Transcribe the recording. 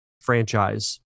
franchise